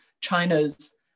China's